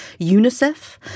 UNICEF